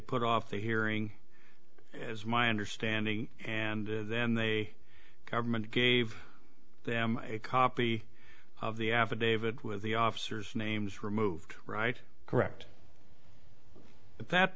put off the hearing as my understanding and then they government gave them a copy of the affidavit with the officers names removed right correct at that